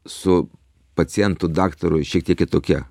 su pacientu daktaru šiek tiek kitokie